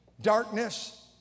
darkness